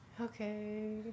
Okay